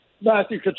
Matthew